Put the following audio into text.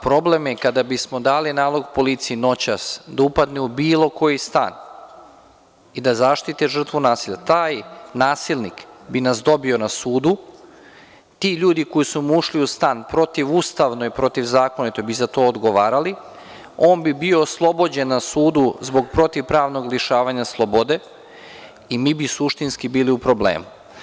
Problem je što kada bismo dali nalog policiji noćas da upadne u bilo koji stan i da zaštiti žrtvu od nasilja, taj nasilnik bi nas dobio na sudu i ti ljudi koji su mu ušli u stan protivustavno i protivzakonito bi za to odgovarali, on bi bio oslobođen na sudu zbog protivpravnog lišavanja slobode, i mi bi suštinski bili u problemu.